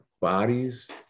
bodies